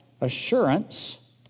assurance